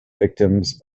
victims